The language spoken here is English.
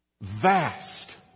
Vast